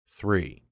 three